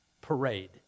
Parade